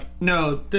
no